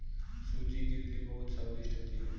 सूजी की इडली बहुत स्वादिष्ट होती है